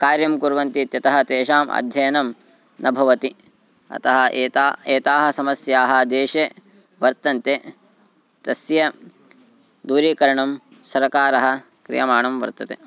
कार्यं कुर्वन्ति इत्यतः तेषाम् अध्ययनं न भवति अतः एताः एताः समस्याः देशे वर्तन्ते तस्य दूरीकरणं सरकारः क्रियमाणं वर्तते